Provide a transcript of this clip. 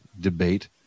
debate